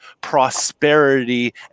prosperity